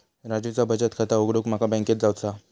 राजूचा बचत खाता उघडूक माका बँकेत जावचा हा